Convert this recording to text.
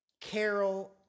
Carol